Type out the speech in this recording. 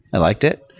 i liked it.